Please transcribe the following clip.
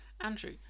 Andrew